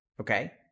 Okay